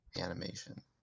animation